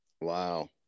Wow